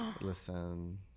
listen